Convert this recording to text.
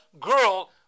girl